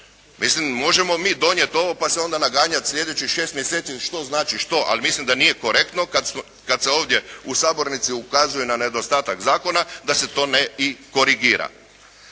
Mislim, možemo mi donijeti ovo pa se onda naganjat sljedećih šest mjeseci što znači što, ali mislim da nije korektno kad se ovdje u sabornici ukazuje na nedostatak zakona, da se to ne i korigira.